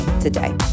today